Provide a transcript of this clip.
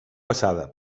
passada